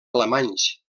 alemanys